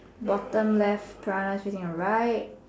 bottom left piranha sitting on the right